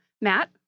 Matt